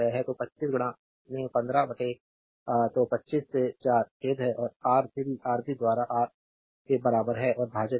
तो 25 15 तो 25 से 4 Ω खेद है और R3 आरबी द्वारा रा के बराबर है और भाजक तय है